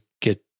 get